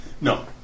No